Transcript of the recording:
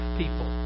people